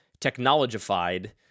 technologified